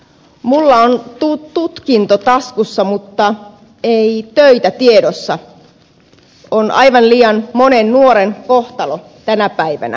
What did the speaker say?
mulla on tutkinto taskussa mutta ei töitä tiedossa on aivan liian monen nuoren kohtalo tänä päivänä